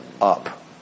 up